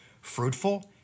fruitful